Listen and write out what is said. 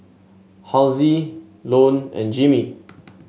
Halsey Lone and Jimmy